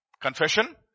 confession